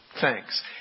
Thanks